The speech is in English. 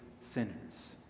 sinners